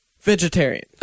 vegetarian